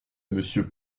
monsieur